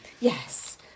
yes